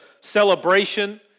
celebration